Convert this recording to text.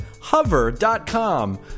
hover.com